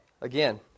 Again